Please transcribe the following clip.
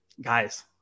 guys